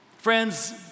Friends